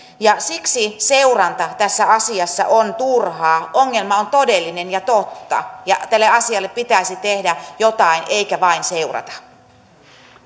siksi seuranta tässä asiassa on turhaa ongelma on todellinen ja totta tälle asialle pitäisi tehdä jotain eikä vain seurata